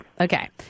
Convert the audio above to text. okay